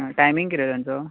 timing किदें तेंचो